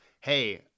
hey